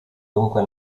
dunque